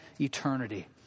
eternity